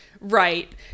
right